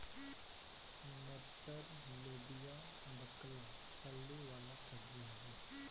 मटर, लोबिया, बकला फली वाला सब्जी हवे